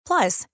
Plus